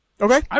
Okay